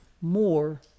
more